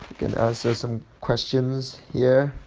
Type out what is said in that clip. and answer some questions yeah